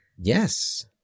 Yes